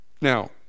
Now